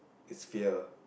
it's fear